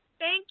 Thank